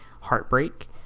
heartbreak